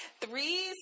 three